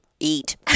eat